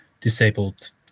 disabled